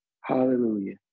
hallelujah